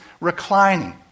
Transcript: reclining